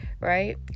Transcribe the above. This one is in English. right